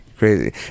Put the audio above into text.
Crazy